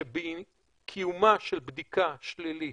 שקיומה של בדיקה שלילית,